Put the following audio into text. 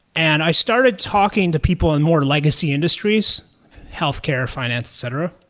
and i started talking to people in more legacy industries healthcare, finance, etc,